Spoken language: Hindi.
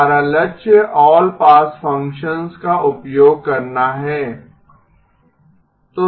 हमारा लक्ष्य ऑल पास फ़ंक्शंस का उपयोग करना है